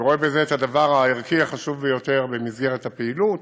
ורואה בזה את הדבר הערכי החשוב ביותר במסגרת הפעילות.